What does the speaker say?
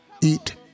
eat